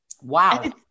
Wow